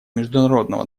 международного